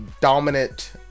dominant